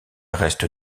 reste